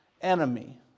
enemy